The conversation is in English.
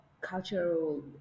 cultural